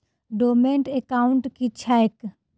Dormant account की छैक?